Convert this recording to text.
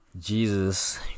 Jesus